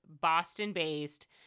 Boston-based